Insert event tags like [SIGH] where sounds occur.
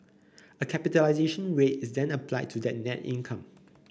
a [NOISE] capitalisation rate is then applied to that net income